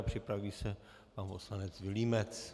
Připraví se pan poslanec Vilímec.